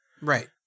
Right